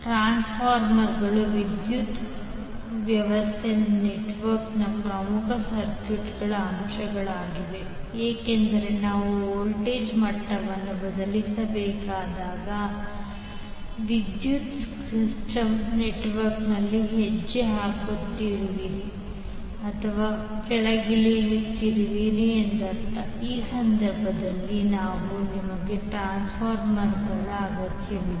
ಟ್ರಾನ್ಸ್ಫಾರ್ಮರ್ಗಳು ವಿದ್ಯುತ್ ವ್ಯವಸ್ಥೆ ನೆಟ್ವರ್ಕ್ನ ಪ್ರಮುಖ ಸರ್ಕ್ಯೂಟ್ ಅಂಶಗಳಾಗಿವೆ ಏಕೆಂದರೆ ನಾವು ವೋಲ್ಟೇಜ್ ಮಟ್ಟವನ್ನು ಬದಲಾಯಿಸಬೇಕಾದಾಗ ನೀವು ವಿದ್ಯುತ್ ಸಿಸ್ಟಮ್ ನೆಟ್ವರ್ಕ್ನಲ್ಲಿ ಹೆಜ್ಜೆ ಹಾಕುತ್ತಿರುವಿರಿ ಅಥವಾ ಕೆಳಗಿಳಿಯುತ್ತೀರಿ ಎಂದರ್ಥ ಆ ಸಂದರ್ಭಗಳಲ್ಲಿ ನಿಮಗೆ ಟ್ರಾನ್ಸ್ಫಾರ್ಮರ್ ಅಗತ್ಯವಿದೆ